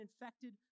infected